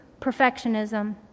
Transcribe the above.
perfectionism